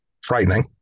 frightening